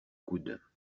coudes